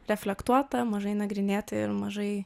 reflektuota mažai nagrinėta ir mažai